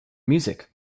music